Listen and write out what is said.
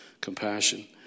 compassion